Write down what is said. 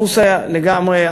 הבורסה לגמרי,